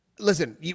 Listen